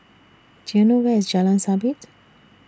Do YOU know Where IS Jalan Sabit